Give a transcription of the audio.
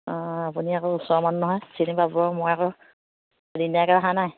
অঁ আপুনি আকৌ ওচৰৰ মানুহ নহয় চিনি পাব মই আকৌ এদিনীয়াকৈ অহা ন